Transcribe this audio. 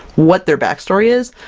what their backstory is,